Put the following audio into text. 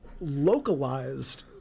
localized